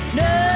no